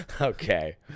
Okay